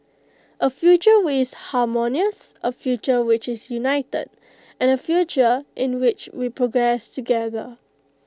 A future which is harmonious A future which is united and A future in which we progress together